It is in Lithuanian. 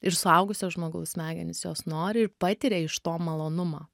ir suaugusio žmogaus smegenys jos nori ir patiria iš to malonumą